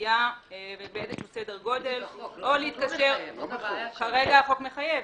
כלביה ובאיזה סדר גודל או להתקשר -- החוק לא מחייב.